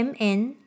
mn